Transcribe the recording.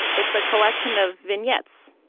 it's a collection of vignettes